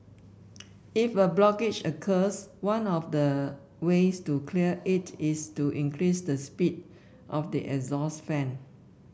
if a blockage occurs one of the ways to clear it is to increase the speed of the exhaust fan